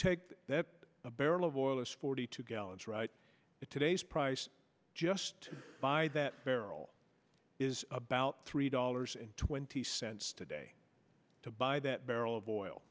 take that a barrel of oil is forty two gallons right today's price just buy that barrel is about three dollars and twenty cents today to buy that barrel of oil